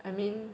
I mean